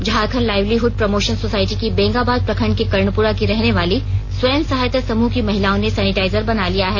Jharkhand livelihood promotion society की बेंगाबाद प्रखंड के कर्णपुरा की रहने वाली स्वयं सहायता समूह की महिलाओं ने सैनिटाइजर बना लिया है